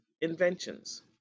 inventions